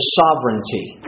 sovereignty